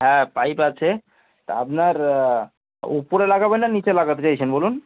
হ্যাঁ পাইপ আছে তা আপনার উপরে লাগাবেন না নিচে লাগাতে চাইছেন বলুন